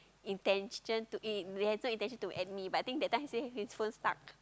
intention to in~ he has no intention to add me but I think that time he say his phone stuck